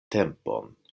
tempon